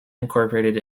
incorporated